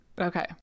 Okay